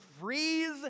freeze